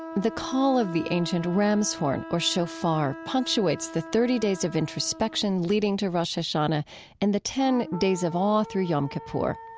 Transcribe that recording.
the call of the ancient ram's horn, or shofar, punctuates the thirty days of introspection leading to rosh hashanah and the ten days of awe through yom kippur.